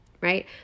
right